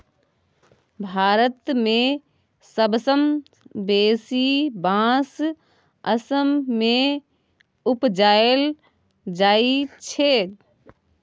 भारत मे सबसँ बेसी बाँस असम मे उपजाएल जाइ छै